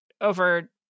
over